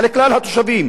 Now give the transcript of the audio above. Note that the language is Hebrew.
על כלל התושבים.